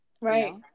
Right